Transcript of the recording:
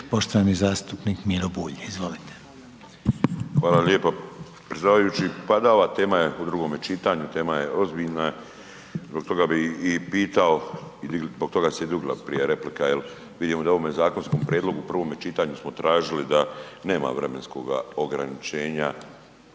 poštovani zastupnik Miro Bulj. Izvolite. **Bulj, Miro (MOST)** Hvala lijepa predsjedavajući. Pa da ova tema je u drugom čitanju, tema je ozbiljna zbog toga bih i pitao, zbog toga se i digla prije replika jel, vidimo da u ovome zakonskom prijedlogu u prvome čitanju smo tražili da nema vremenskoga ograničenja